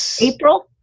April